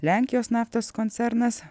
lenkijos naftos koncernas